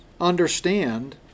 Understand